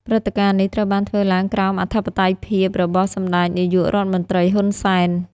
ព្រឹត្តិការណ៍នេះត្រូវបានធ្វើឡើងក្រោមអធិបតីភាពរបស់សម្តេចនាយករដ្ឋមន្ត្រី ហ៊ុន សែន។